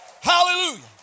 Hallelujah